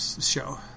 show